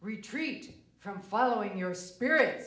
retreat from following your spirit